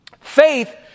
Faith